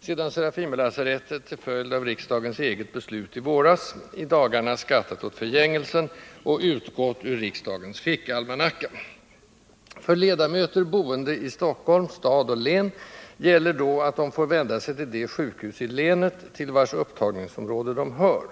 sedan Serafimerlasarettet — till följd av riksdagens eget beslut i våras — i dagarna skattat åt förgängelsen och utgått ur riksdagens fickalmanacka. För ledamöter boende i Stockholms stad och län gäller då att de får vända sig till det sjukhus i länet, till vars upptagningsområde de hör.